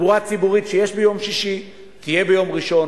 התחבורה הציבורית שיש ביום שישי תהיה ביום ראשון,